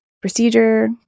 procedure